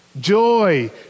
joy